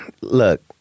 Look